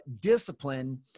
discipline